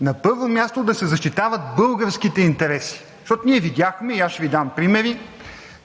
на първо място, да се защитават българските интереси, защото ние видяхме и аз ще Ви дам примери